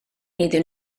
iddyn